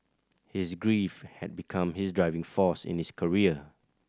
his grief had become his driving force in his career